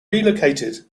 relocated